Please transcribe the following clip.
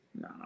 No